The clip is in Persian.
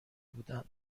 بودند